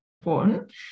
important